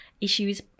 issues